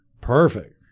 perfect